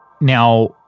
Now